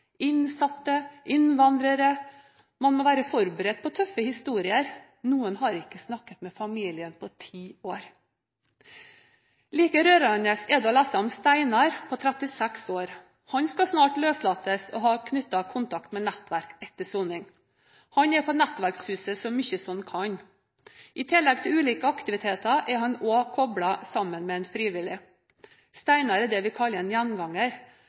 Innsatte, innvandrere. Samtidig må man være forberedt på tøffe historier . Noen har ikke snakket med familien på 10 år.» Like rørende er det å lese om Steinar på 36 år. Han skal snart løslates og har knyttet kontakt med Nettverk etter soning. Han er på nettverkshuset så mye han kan. I tillegg til ulike aktiviteter er han også koblet med en frivillig. Steinar er det vi kaller en